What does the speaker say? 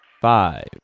five